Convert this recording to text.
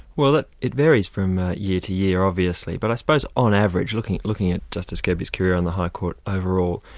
well it varies from year to year obviously, but i suppose on average, looking at looking at justice kirby's career on the high court overall,